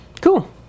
Cool